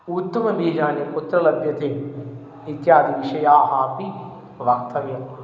उत्तमबीजानि कुत्र लभ्यन्ते इत्यादिविषयाः अपि वक्तव्यं